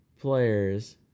players